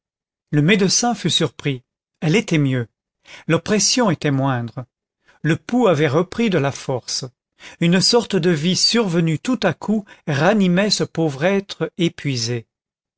le médecin fut surpris elle était mieux l'oppression était moindre le pouls avait repris de la force une sorte de vie survenue tout à coup ranimait ce pauvre être épuisé